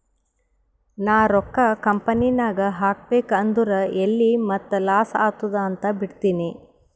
ನಾ ರೊಕ್ಕಾ ಕಂಪನಿನಾಗ್ ಹಾಕಬೇಕ್ ಅಂದುರ್ ಎಲ್ಲಿ ಮತ್ತ್ ಲಾಸ್ ಆತ್ತುದ್ ಅಂತ್ ಬಿಡ್ತೀನಿ